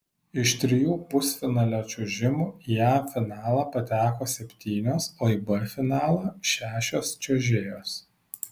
iš trijų pusfinalio čiuožimų į a finalą pateko septynios o į b finalą šešios čiuožėjos